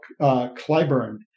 Clyburn